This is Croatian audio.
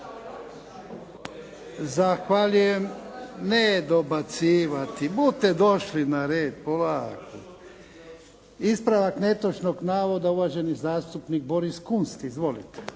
Zahvaljujem. Ne dobacivati, budete došli na red. Polako. Ispravak netočnog navoda, uvaženi zastupnik Boris Kunst. Izvolite.